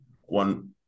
one